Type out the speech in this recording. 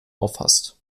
auffasst